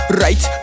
right